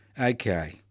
Okay